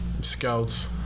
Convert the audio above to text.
scouts